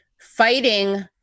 fighting